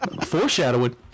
Foreshadowing